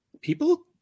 people